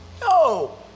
No